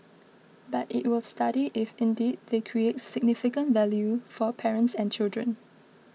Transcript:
but it will study if indeed they create significant value for parents and children